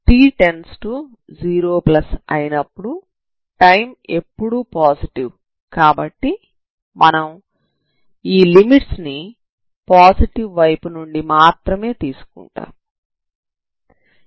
t→0 అయినప్పుడు టైం ఎప్పుడూ పాజిటివ్ కాబట్టి మనం ఈ లిమిట్స్ ని పాజిటివ్ వైపు నుండి మాత్రమే తీసుకుంటాము